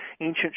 ancient